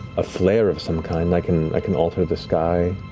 a flare of some kind. i can i can alter the sky.